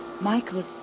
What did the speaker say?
Michael